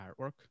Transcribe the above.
artwork